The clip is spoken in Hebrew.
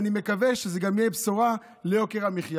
ואני מקווה שזה גם יהיה בשורה ליוקר המחיה.